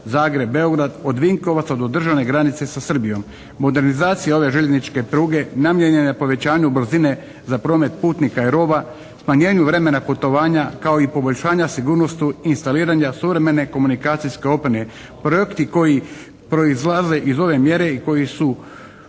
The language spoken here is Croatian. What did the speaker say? Zagreb-Beograd od Vinkovaca do državne granice sa Srbijom. Modernizacija ove željezničke pruge namijenjena je povećanju brzine za promet putnika i roba, smanjenju vremena putovanja kao i poboljšanja sigurnosti instaliranja suvremene komunikacijske opreme. Projekti koji proizlaze iz ove mjere i koji su